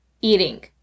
eating